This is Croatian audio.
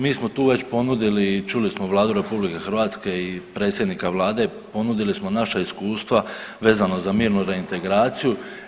Mi smo tu već ponudili i čuli smo Vladu RH i predsjednika vlade, ponudili smo naša iskustva vezano za mirnu reintegraciju.